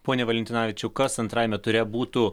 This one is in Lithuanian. pone valentinavičiau kas antrajame ture būtų